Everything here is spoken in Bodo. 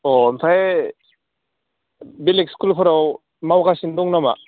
अ ओमफ्राय बेलेग स्खुलफोराव मावगासिनो दं नामा